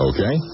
Okay